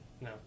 No